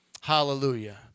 Hallelujah